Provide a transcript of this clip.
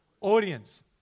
audience